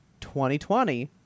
2020